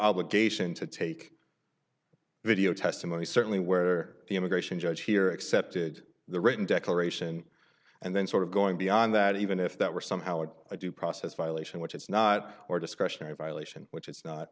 obligation to take video testimony certainly where the immigration judge here accepted the written declaration and then sort of going beyond that even if that were somehow it due process violation which is not or discretionary violation which is